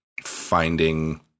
finding